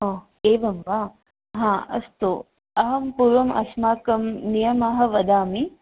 ओ एवं वा हा अस्तु अहं पूर्वम् अस्माकं नियमः वदामि